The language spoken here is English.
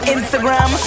Instagram